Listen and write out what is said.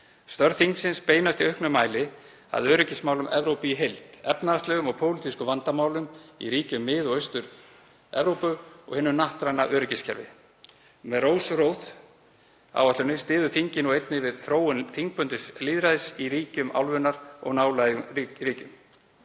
Störf þingsins beinast í auknum mæli að öryggismálum Evrópu í heild, efnahagslegum og pólitískum vandamálum í ríkjum Mið- og Austur-Evrópu og hinu hnattræna öryggiskerfi. Með Rose-Roth-áætluninni styður þingið nú einnig við þróun þingbundins lýðræðis í ríkjum álfunnar og nálægum ríkjum.